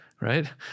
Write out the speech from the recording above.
right